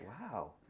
Wow